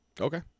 Okay